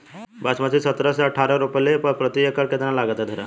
बासमती सत्रह से अठारह रोपले पर प्रति एकड़ कितना लागत अंधेरा?